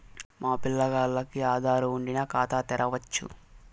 మా పిల్లగాల్లకి ఆదారు వుండిన ఖాతా తెరవచ్చు